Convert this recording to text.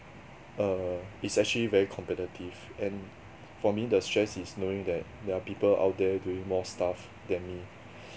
err it's actually very competitive and for me the stress is knowing that there are people out there doing more stuff than me